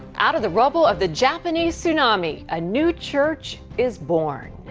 out of the rubble of the japanese tsunami a new church is born.